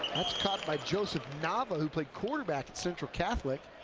that's caught by joseph nava who played quarterback at central catholic.